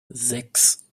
sechs